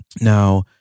Now